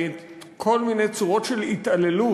וכל מיני צורות של התעללות,